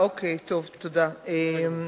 בבקשה.